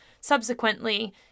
subsequently